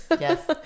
Yes